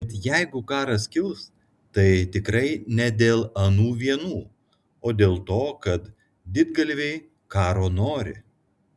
bet jeigu karas kils tai tikrai ne dėl anų vienų o dėl to kad didgalviai karo nori